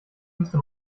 müsste